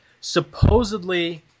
supposedly